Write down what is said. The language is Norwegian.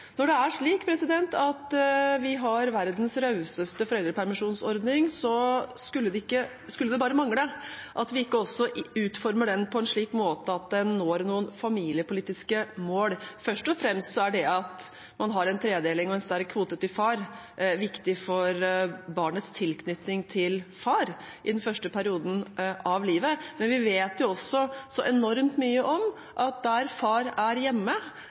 Når det er slik at vi har verdens rauseste foreldrepermisjonsordning, skulle det bare mangle at vi ikke også utformer den på en slik måte at den når noen familiepolitiske mål. Det at man har en tredeling og en sterk kvote til far, er først og fremst er viktig for barnets tilknytning til far i den første perioden av livet, men vi vet også enormt mye om at der far er hjemme,